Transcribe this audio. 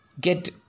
get